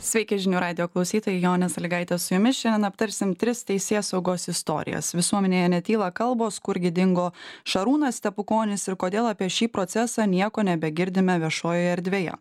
sveiki žinių radijo klausytojai jonės sąlygaitė su jumis šiandien aptarsime tris teisėsaugos istorijas visuomenėje netyla kalbos kurgi dingo šarūnas stepukonis ir kodėl apie šį procesą nieko nebegirdime viešojoje erdvėje